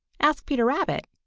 ask peter rabbit.